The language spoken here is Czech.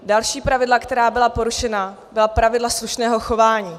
Další pravidla, která byla porušena, byla pravidla slušného chování.